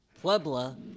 Puebla